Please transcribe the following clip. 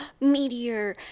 meteor